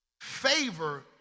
Favor